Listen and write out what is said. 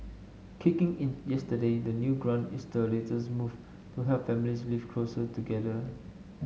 kicking in yesterday the new grant is the latest move to help families live closer together